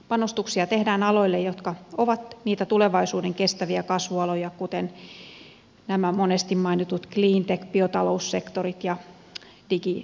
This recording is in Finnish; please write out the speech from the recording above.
panostuksia tehdään aloille jotka ovat niitä tulevaisuuden kestäviä kasvualoja kuten nämä monesti mainitut cleantech biotaloussektori ja digisektori